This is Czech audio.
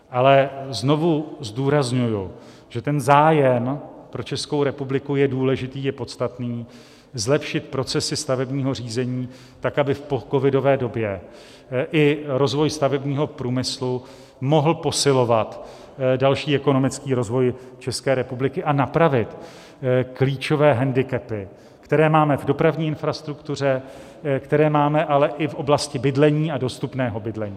Ale znovu zdůrazňuji, že zájem pro Českou republiku je důležitý, je podstatný zlepšit procesy stavebního řízení tak, aby v pocovidové době i rozvoj stavebního průmyslu mohl posilovat další ekonomický rozvoj České republiky a napravit klíčové hendikepy, které máme v dopravní infrastruktuře, které máme ale i v oblasti bydlení a dostupného bydlení.